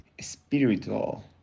spiritual